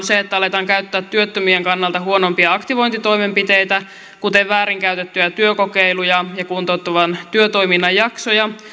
se että aletaan käyttää työttömien kannalta huonompia aktivointitoimenpiteitä kuten väärin käytettyjä työkokeiluja ja kuntouttavan työtoiminnan jaksoja